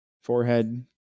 forehead